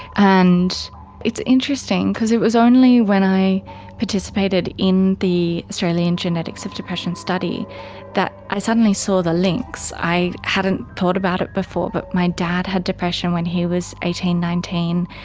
and it's interesting because it was only when i participated in the australian genetics of depression study that i suddenly saw the links. i hadn't thought about it before but my dad had depression when he was eighteen, nineteen,